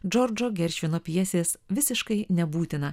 džordžo geršvino pjesės visiškai nebūtina